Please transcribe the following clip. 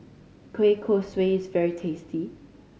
kueh kosui is very tasty